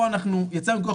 פה אנחנו יצאנו מתוך